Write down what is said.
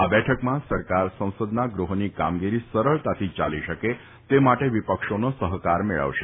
આ બેઠકમાં સરકાર સંસદના ગૃહોની કામગીરી સરળતાથી ચાલી શકે તે માટે વિપક્ષોનો સહકાર મેળવશે